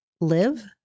live